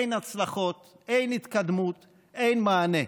אין הצלחות, אין התקדמות, אין מענה.